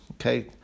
okay